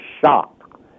shock